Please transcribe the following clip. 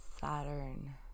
saturn